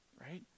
right